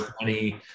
money